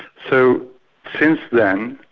so since then,